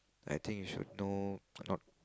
I think you should know not